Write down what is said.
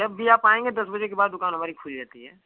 जब भी आप आएंगे दस बजे के बाद दुकान हमारी खुली रहती है